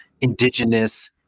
Indigenous